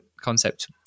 concept